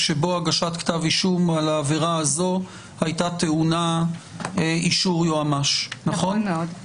הגשת כתב אישום לא טעונה אישור יועמ"ש, נכון?